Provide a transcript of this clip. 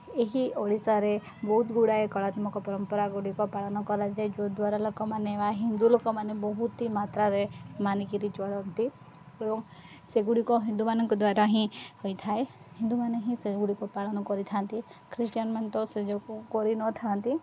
ଏହି ଓଡ଼ିଶାରେ ବହୁତ ଗୁଡ଼ାଏ କଳାତ୍ମକ ପରମ୍ପରାଗୁଡ଼ିକ ପାଳନ କରାଯାଏ ଯୋଦ୍ଵାରା ଲୋକମାନେ ବା ହିନ୍ଦୁ ଲୋକମାନେ ବହୁତ ହି ମାତ୍ରାରେ ମାନିକିରି ଚଳନ୍ତି ଏବଂ ସେଗୁଡ଼ିକ ହିନ୍ଦୁମାନଙ୍କ ଦ୍ୱାରା ହିଁ ହୋଇଥାଏ ହିନ୍ଦୁମାନେ ହିଁ ସେଗୁଡ଼କୁ ପାଳନ କରିଥାନ୍ତି ଖ୍ରୀଷ୍ଟିୟାନମାନେ ତ ସେଯୋଗୁ କରିନଥାନ୍ତି